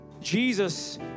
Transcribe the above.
Jesus